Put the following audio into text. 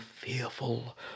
fearful